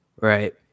Right